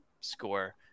score